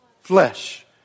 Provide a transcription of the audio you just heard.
Flesh